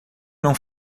não